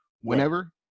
whenever